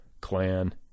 clan